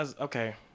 Okay